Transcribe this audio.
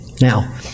Now